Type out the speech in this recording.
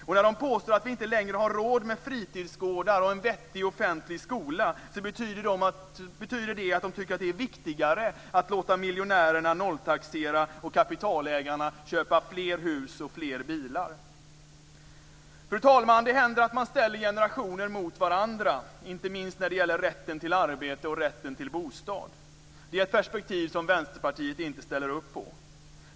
Och när de påstår att vi inte längre har råd med fritidsgårdar och en vettig offentlig skola, betyder det att de anser att det är viktigare att låta miljonärerna nolltaxera och kapitalägarna köpa fler hus och fler bilar. Fru talman! Det händer att man ställer generationer mot varandra, inte minst när det gäller rätten till arbete och rätten till bostad. Det är ett perspektiv som Vänsterpartiet inte ställer upp på.